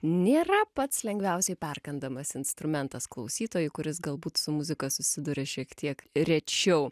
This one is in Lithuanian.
nėra pats lengviausiai perkandamas instrumentas klausytojui kuris galbūt su muzika susiduria šiek tiek rečiau